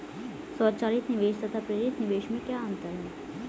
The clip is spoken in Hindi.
स्वचालित निवेश तथा प्रेरित निवेश में क्या अंतर है?